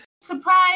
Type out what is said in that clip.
Surprise